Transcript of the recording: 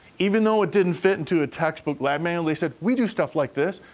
even though it didn't fit into a textbook, lab manual, they said, we do stuff like this.